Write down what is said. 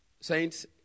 Saints